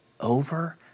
over